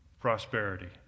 prosperity